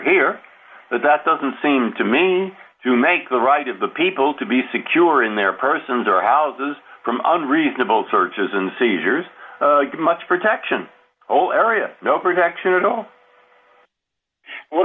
here but that doesn't seem to maine to make the right of the people to be secure in their persons or houses from unreasonable searches and seizures much protection all area no protection or no